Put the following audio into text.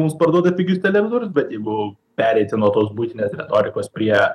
mums parduoda pigius televizorius bet jeigu pereiti nuo tos buitinės retorikos prie